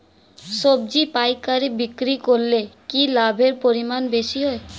সবজি পাইকারি বিক্রি করলে কি লাভের পরিমাণ বেশি হয়?